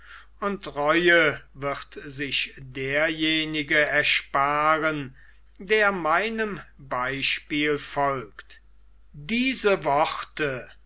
und reue wird sich derjenige ersparen der meinem beispiel folgt diese worte